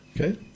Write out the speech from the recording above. Okay